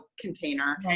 container